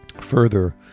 Further